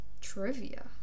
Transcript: Trivia